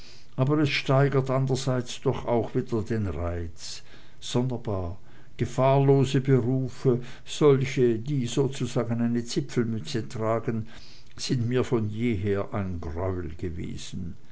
aber es steigert andrerseits doch auch wieder den reiz sonderbar gefahrlose berufe solche die sozusagen eine zipfelmütze tragen sind mir von jeher ein greuel gewesen